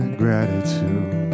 gratitude